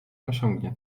osiągnie